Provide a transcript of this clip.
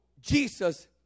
Jesus